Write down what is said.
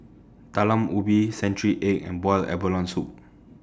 Talam Ubi Century Egg and boiled abalone Soup